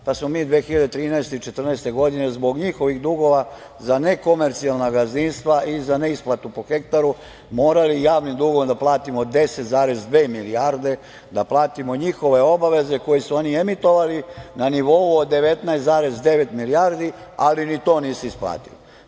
Onda smo mi 2013. i 2014. godine zbog njihovih dugova za nekomercijalna gazdinstva i za neisplatu po hektaru morali javnim dugom da platimo 10,2 milijarde, da platimo njihove obaveze koje su oni emitovali na nivou od 19,9 milijardi, ali ni to nisu isplatili.